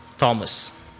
Thomas